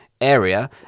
area